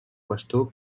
bastó